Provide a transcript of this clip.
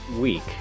week